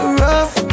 rough